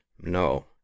No